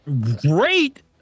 Great